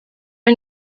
are